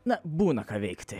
na būna ką veikti